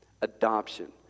adoption